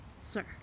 sir